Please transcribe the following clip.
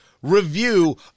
review